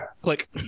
click